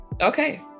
okay